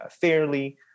fairly